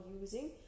using